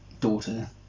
Daughter